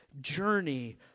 journey